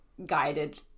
Guided